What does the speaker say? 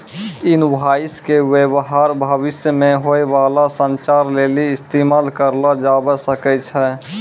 invoice के व्य्वहार भविष्य मे होय बाला संचार लेली इस्तेमाल करलो जाबै सकै छै